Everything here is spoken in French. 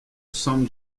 san